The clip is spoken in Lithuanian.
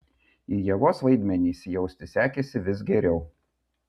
į ievos vaidmenį įsijausti sekėsi vis geriau